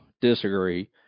disagree